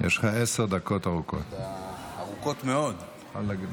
איסור הנחת דברי פרסומת בתיבות דואר ופיצויים לדוגמה),